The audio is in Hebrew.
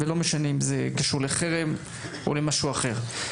לא משנה אם זה קשור לחרם או למשהו אחר.